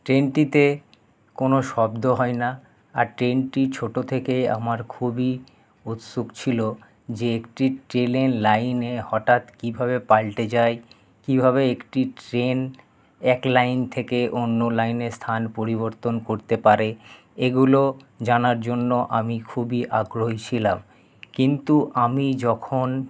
ট্রেনটিতে কোনো শব্দ হয় না আর ট্রেনটি ছোট থেকেই আমার খুবই উৎসুক ছিল যে একটি ট্রেনের লাইনে হঠাৎ কীভাবে পাল্টে যায় কীভাবে একটি ট্রেন এক লাইন থেকে অন্য লাইনে স্থান পরিবর্তন করতে পারে এগুলো জানার জন্য আমি খুবই আগ্রহী ছিলাম কিন্তু আমি যখন